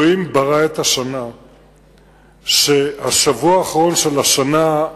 אלוהים ברא את השנה שהשבוע האחרון של השנה,